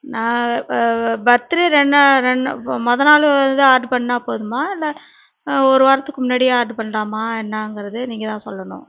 நான் பர்த்டே ரெண்டு நாள் இப்போ மொதல் நாள் ஆர்ட்ரு பண்ணால் போதுமா இல்லை ஒரு வாரத்துக்கு முன்னாடியே ஆர்ட்ரு பண்ணலாமா என்னங்குறது நீங்கள் தான் சொல்லணும்